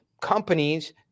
companies